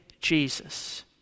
Jesus